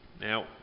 now